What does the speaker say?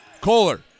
Kohler